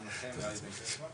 גם לכם נראה לי זה יעזור,